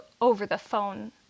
over-the-phone